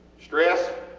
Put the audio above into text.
stress,